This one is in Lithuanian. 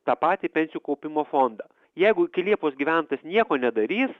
tą patį pensijų kaupimo fondą jeigu iki liepos gyventojas nieko nedarys